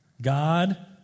God